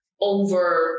over